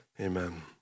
amen